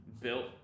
built